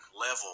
level